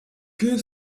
queue